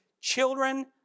children